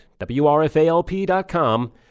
WRFALP.com